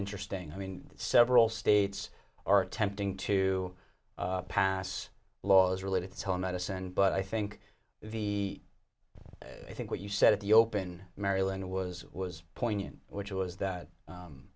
interesting i mean several states are attempting to pass laws related to a medicine but i think the i think what you said at the open maryland was was poignant which was that